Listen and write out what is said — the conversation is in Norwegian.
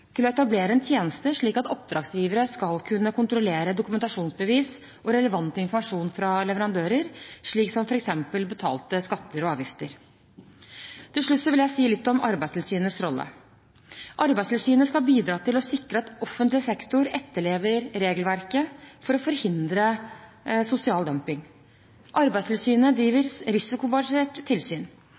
etablere en tjeneste slik at oppdragsgivere skal kunne kontrollere dokumentasjonsbevis og relevant informasjon fra leverandører, slik som f.eks. betalte skatter og avgifter. Så vil jeg si litt om Arbeidstilsynets rolle. Arbeidstilsynet skal bidra til å sikre at offentlig sektor etterlever regelverket for å forhindre sosial dumping. Arbeidstilsynet driver risikobasert tilsyn.